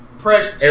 Pressure